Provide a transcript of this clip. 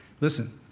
Listen